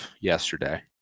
yesterday